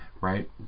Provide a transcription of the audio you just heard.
right